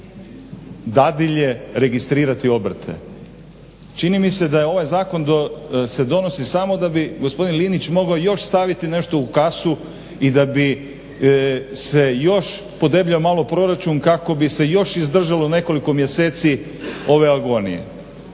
da će dadilje registrirati obrte. Čini mi se da se ovaj zakon donosi samo da bi gospodin Linić mogao još staviti nešto u kasu i da bi se još podebljao malo proračun kako bi se još izdržalo nekoliko mjeseci ove agonije.